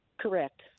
Correct